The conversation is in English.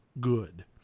good